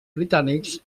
britànics